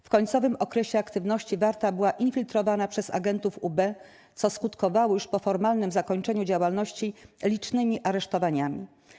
W końcowym okresie aktywności 'Warta' była infiltrowana przez agentów UB, co skutkowało, już po formalnym zakończeniu działalności licznymi aresztowaniami.